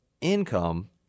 income